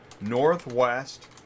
Northwest